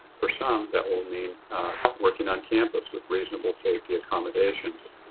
for some, that will mean working on campus with reasonable safety accommodations.